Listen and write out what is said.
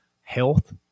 health